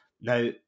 Now